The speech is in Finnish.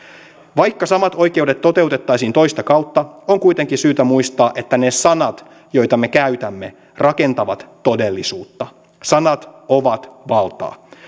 vaikka samat oikeudet toteutettaisiin toista kautta on kuitenkin syytä muistaa että ne sanat joita me käytämme rakentavat todellisuutta sanat ovat valtaa